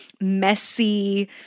messy